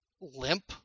limp